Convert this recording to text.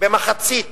במחצית